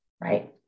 Right